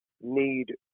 need